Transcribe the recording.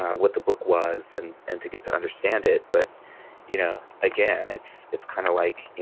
what the book was, and and to get to understand it. but you know again, it's it's kind of like,